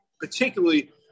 particularly